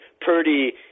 Purdy